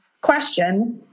question